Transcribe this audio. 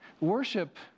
worship